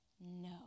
no